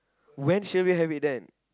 when shall we have it then